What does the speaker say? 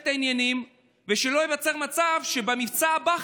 את העניינים ושלא ייווצר מצב שבמבצע הבא,